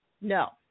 no